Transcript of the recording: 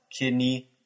kidney